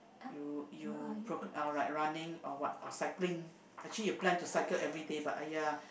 you you procras~ uh like running or what or cycling actually you plan to cycle everyday but !aiya!